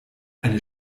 eine